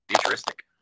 futuristic